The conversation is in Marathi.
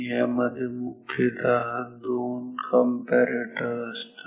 यामध्ये मुख्यतः दोन कंपॅरेटर असतात